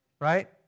Right